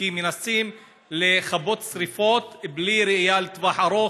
כי הם מנסים לכבות שרפות בלי ראייה לטווח ארוך,